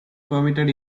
permitted